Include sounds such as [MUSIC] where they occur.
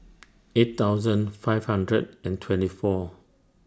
[NOISE] eight thousand five hundred and twenty four